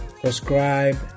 Subscribe